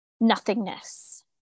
nothingness